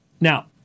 Now